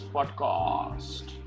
Podcast